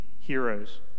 heroes